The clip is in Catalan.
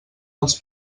els